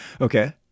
Okay